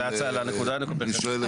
לנקודה המרכזית לא התייחסו.